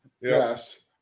Yes